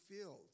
filled